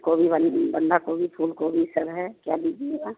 गोभी वाली भी बन्धा गोभी फूल गोभी सब है क्या लीजिएगा